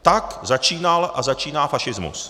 Tak začínal a začíná fašismus.